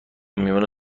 میمونه